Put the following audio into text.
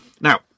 Now